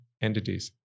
entities